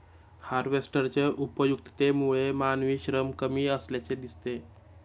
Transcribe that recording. हार्वेस्टरच्या उपयुक्ततेमुळे मानवी श्रम कमी असल्याचे दिसते